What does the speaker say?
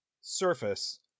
surface